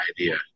idea